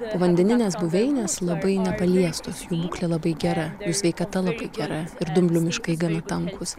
povandeninės buveinės labai nepaliestos jų būklė labai gera sveikata labai gera ir dumblių miškai gana tankūs